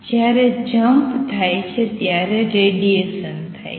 જ્યારે જમ્પ થાય છે ત્યારે રેડીએશન થાય છે